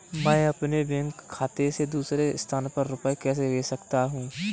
मैं अपने बैंक खाते से दूसरे स्थान पर रुपए कैसे भेज सकता हूँ?